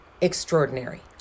extraordinary